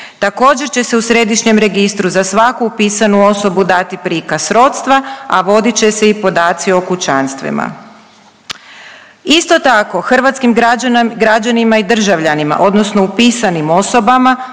Također će se u središnjem registru za svaku upisanu osobu dati prikaz srodstva, a vodit će se i podaci o kućanstvima. Isto tako hrvatskim građanima i državljanima odnosno upisanim osobama